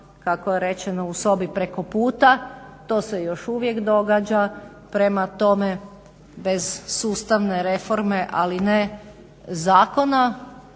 kako je rečeno u sobi preko puta, to se još uvijek događa. Prema tome, bez sustavne reforme, ali ne Zakona